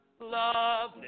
Love